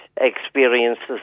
experiences